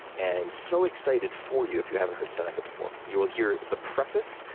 and so excited for you if you haven't heard seneca before. you will hear the preface.